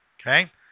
Okay